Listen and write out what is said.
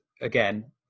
again